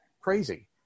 crazy